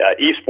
esports